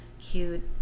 cute